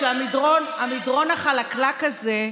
באמת, אז אני רוצה להגיד לכם שהמדרון החלקלק הזה,